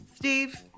Steve